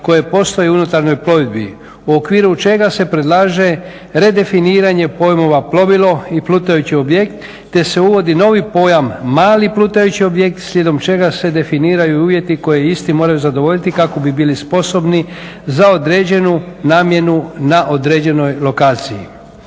koje postoje u unutarnjoj plovidbi u okviru čega se predlaže redefiniranje pojmova plovilo i plutajući objekt te se uvodi novi pojam mali plutajući objekt slijedom čega se definiraju uvjeti koje isti moraju zadovoljiti kako bi bili sposobni za određenu namjenu na određenoj lokaciji.